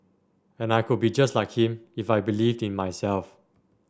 and I could be just like him if I believed in myself